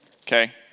okay